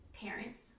parents